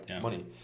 money